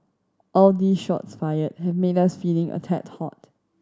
all these shots fired have made us feeling a tad hot